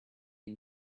and